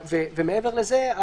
ומעבר לזה,